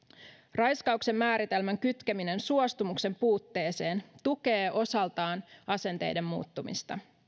raiskauksen määritelmän kytkeminen suostumuksen puutteeseen tukee osaltaan asenteiden muuttumista